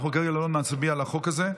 אנחנו כרגע לא נצביע על החוק הזה.